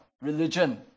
religion